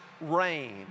rain